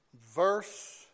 verse